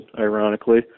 ironically